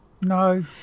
No